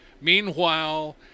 meanwhile